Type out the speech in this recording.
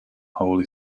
holy